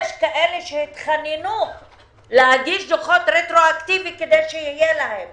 יש כאלה שהתחננו להגיש דוחות רטרואקטיבית כדי שיהיה להן